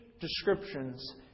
descriptions